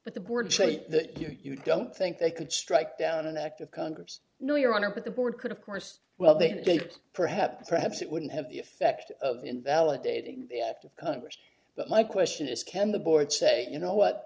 but the board say that you don't think they could strike down an act of congress no your honor but the board could of course well they perhaps perhaps it wouldn't have the effect of invalidating the act of congress but my question is can the board say you know what